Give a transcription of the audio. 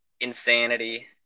insanity